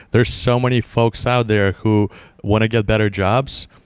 there are so many folks out there who want to get better jobs.